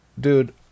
dude